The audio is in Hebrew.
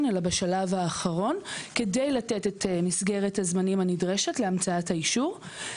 אלא בשלב האחרון כדי לתת את מסגרת הזמנים הנדרשת להמצאת האישור.